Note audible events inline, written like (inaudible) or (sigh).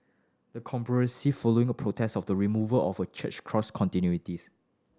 the (unintelligible) following a protests of the removal of a church cross (unintelligible)